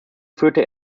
führte